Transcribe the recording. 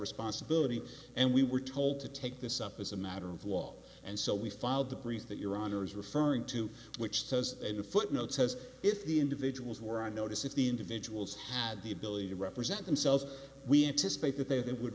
responsibility and we were told to take this up as a matter of law and so we filed the breeze that your honor is referring to which says in a footnote says if the individuals were on notice if the individuals had the ability to represent themselves we anticipate that they would